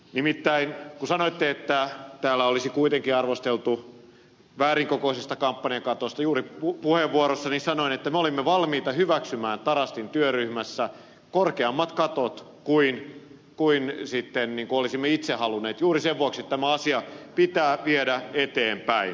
nimittäin sanoitte että täällä olisi kuitenkin arvosteltu väärän kokoisesta kampanjakatosta vaikka juuri puheenvuorossani sanoin että me olimme valmiita hyväksymään tarastin työryhmässä korkeammat katot kuin olisimme itse halunneet juuri sen vuoksi että tämä asia pitää viedä eteenpäin